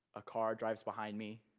a car drives behind me.